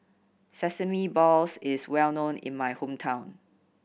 sesame balls is well known in my hometown